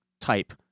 type